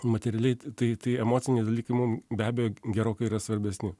materialiai tai tai emociniai dalykai mum be abejo gerokai yra svarbesni